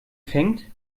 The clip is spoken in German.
fängt